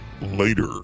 later